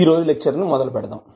ఈ రోజు లెక్చర్ మొదలుపెడదాం